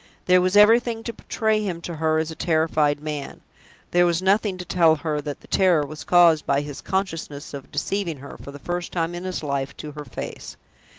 there was everything to betray him to her as a terrified man there was nothing to tell her that the terror was caused by his consciousness of deceiving her, for the first time in his life, to her face.